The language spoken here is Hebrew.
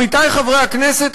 עמיתי חברי הכנסת,